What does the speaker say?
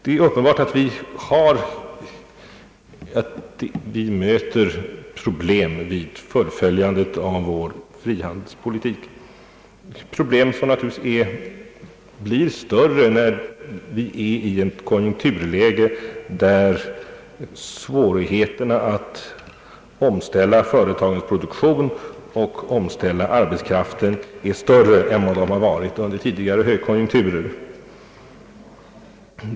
Det är uppenbart att vi möter problem vid fullföljandet av vår frihandelspolitik — problem som naturligtvis blir större när vi befinner oss i ett Ang. Sveriges handelspolitik konjunkturläge där svårigheterna att omställa företagens produktion och arbetskraft är större än de varit under tidigare högkonjunkturer.